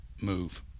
move